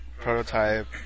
Prototype